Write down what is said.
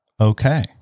Okay